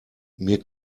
mir